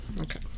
Okay